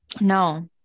No